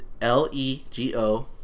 L-E-G-O